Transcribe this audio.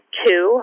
two